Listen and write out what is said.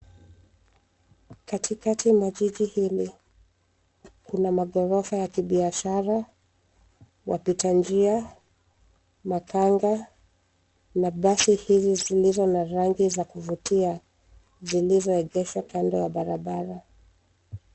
Katikati mwa jiji hili, kuna maghorofa ya kibiashara, wapita njia, makanga na basi hizi zilizo na rangi za kuvutia zilizoegeshwa kando ya barabara.